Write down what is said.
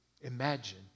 imagine